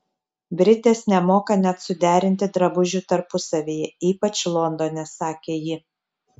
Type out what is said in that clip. britės nemoka net suderinti drabužių tarpusavyje ypač londone sakė ji